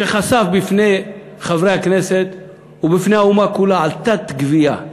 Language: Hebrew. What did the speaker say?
שחשף בפני חברי הכנסת ובפני האומה כולה תת-גבייה.